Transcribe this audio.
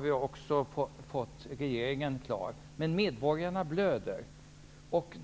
vi ha regeringen kvar. Men medborgarna blöder.